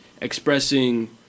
expressing